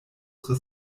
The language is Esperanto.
tre